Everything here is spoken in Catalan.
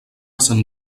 sant